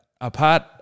apart